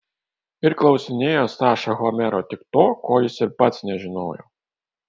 ir klausinėjo saša homero tik to ko jis ir pats nežinojo